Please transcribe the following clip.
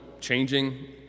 changing